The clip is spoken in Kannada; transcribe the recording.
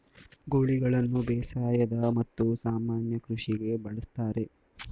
ಗೂಳಿಗಳನ್ನು ಬೇಸಾಯದ ಮತ್ತು ಸಾಮಾನ್ಯ ಕೃಷಿಗೆ ಬಳಸ್ತರೆ